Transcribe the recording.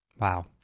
Wow